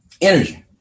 energy